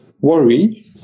worry